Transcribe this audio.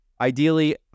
Ideally